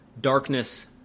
darkness